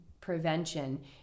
prevention